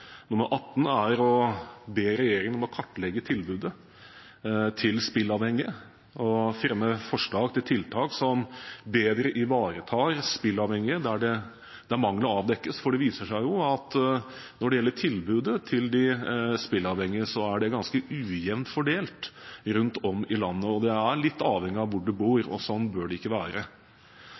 er å be regjeringen om å kartlegge tilbudet til spilleavhengige og fremme forslag til tiltak som bedre ivaretar spilleavhengige der mangler avdekkes. For det viser seg at når det gjelder tilbudet til de spilleavhengige, er det ganske ujevnt fordelt rundt om i landet, det er litt avhengig av hvor du bor. Og sånn bør det ikke være.